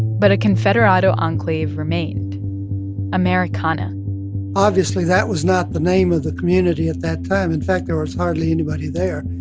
but a confederado enclave remained americana obviously, that was not the name of the community at that time. in fact, there was hardly anybody there,